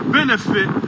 benefit